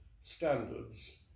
standards